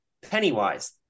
Pennywise